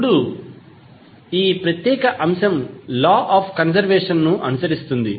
ఇప్పుడు ఈ ప్రత్యేక అంశం లా ఆఫ్ కన్సర్వేషన్ ను అనుసరిస్తుంది